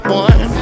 one